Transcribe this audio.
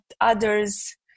others